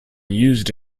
used